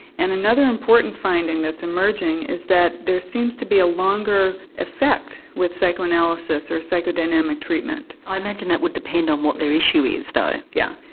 and another important finding that's emerging is that there seems to be a longer effect with psychoanalysis or psychodynamic treatment. i imagine that would depend on what their issue is though? yeah